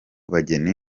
bageni